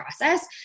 process